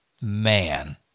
man